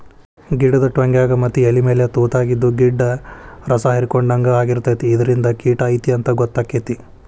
ಗಿಡದ ಟ್ವಂಗ್ಯಾಗ ಮತ್ತ ಎಲಿಮ್ಯಾಲ ತುತಾಗಿದ್ದು ಗಿಡ್ದ ರಸಾಹಿರ್ಕೊಡ್ಹಂಗ ಆಗಿರ್ತೈತಿ ಇದರಿಂದ ಕಿಟ ಐತಿ ಅಂತಾ ಗೊತ್ತಕೈತಿ